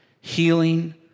healing